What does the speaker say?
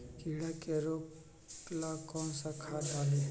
कीड़ा के रोक ला कौन सा खाद्य डाली?